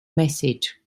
message